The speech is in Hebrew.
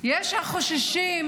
החוששים